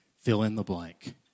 fill-in-the-blank